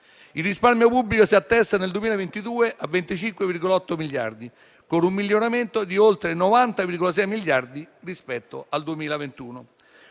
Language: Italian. Il risparmio pubblico si attesta nel 2022 a 25,8 miliardi, con un miglioramento di oltre 90,6 miliardi rispetto al 2021.